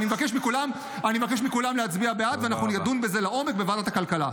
אני מבקש מכולם להצביע בעד ואנחנו נדון בזה לעומק בוועדת הכלכלה.